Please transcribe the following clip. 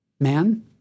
Man